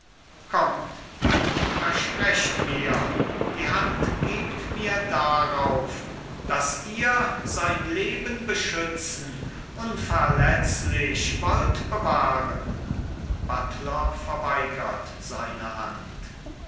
kommt versprecht mir die hand gebt mir darauf daß ihr sein leben beschützen unverletzlich wollt bewahren buttler verweigert seine hand